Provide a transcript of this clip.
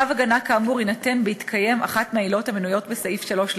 צו הגנה כאמור יינתן בהתקיים אחת מהעילות המנויות בסעיף 3 לחוק,